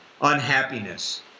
Unhappiness